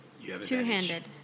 Two-handed